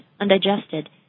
undigested